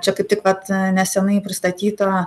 čia kaip tik vat nesenai pristatyta